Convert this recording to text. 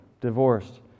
Divorced